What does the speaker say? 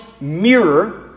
mirror